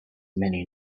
many